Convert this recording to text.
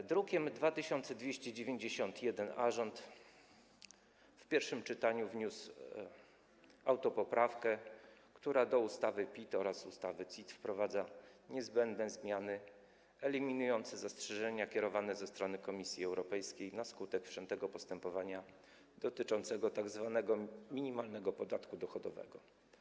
W druku nr 2291-A rząd w pierwszym czytaniu wniósł autopoprawkę, która do ustawy o PIT oraz do ustawy o CIT wprowadza niezbędne zmiany eliminujące zastrzeżenia kierowane ze strony Komisji Europejskiej na skutek wszczętego postępowania dotyczącego tzw. minimalnego podatku dochodowego.